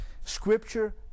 Scripture